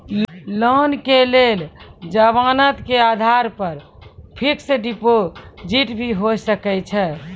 Loan के लेल जमानत के आधार पर फिक्स्ड डिपोजिट भी होय सके छै?